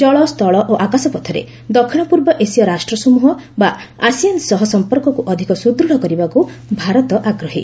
ଜଳ ସ୍ଥଳ ଓ ଆକାଶ ପଥରେ ଦକ୍ଷିଣ ପୂର୍ବ ଏସୀୟ ରାଷ୍ଟସମ୍ବହ ବା ଆସିଆନ୍ ସହ ସମ୍ପର୍କକୁ ଅଧିକ ସୁଦୂତ୍ କରିବାକୁ ଭାରତ ଆଗ୍ରହୀ